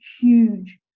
huge